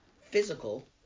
physical